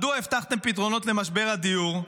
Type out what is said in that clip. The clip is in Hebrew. מדוע הבטחתם פתרונות למשבר הדיור,